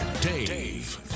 Dave